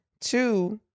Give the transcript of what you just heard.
two